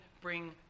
bring